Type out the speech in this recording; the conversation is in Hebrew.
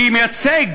שמייצג